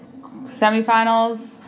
Semifinals